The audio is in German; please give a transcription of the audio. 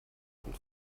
von